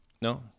No